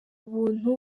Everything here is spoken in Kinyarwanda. buntu